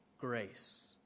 grace